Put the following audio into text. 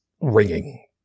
ringing